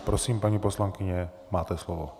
Prosím, paní poslankyně, máte slovo.